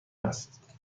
است